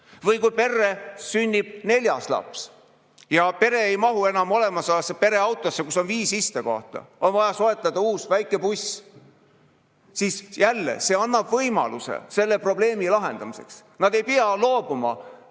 Või kui perre sünnib neljas laps ja pere ei mahu enam olemasolevasse pereautosse, kus on viis istekohta, ja on vaja soetada uus väikebuss, siis jälle, see annab võimaluse selle probleemi lahendamiseks. Ei pea loobuma